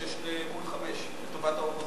מקואליציה, שש מול חמש לטובת האופוזיציה.